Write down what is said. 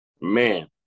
Man